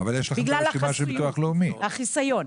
בגלל החיסיון.